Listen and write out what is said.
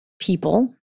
people